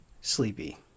Sleepy